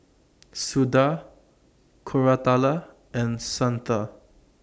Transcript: Suda Koratala and Santha